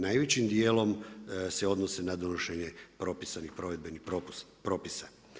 Najvećim djelom se odnose na donošenje propisanih provedenih propisa.